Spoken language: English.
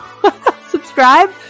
Subscribe